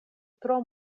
tro